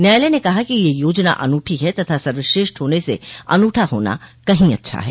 न्यायालय ने कहा कि यह योजना अनूठी है तथा सर्वश्रेष्ठ होने से अनूठा होना कहीं अच्छा है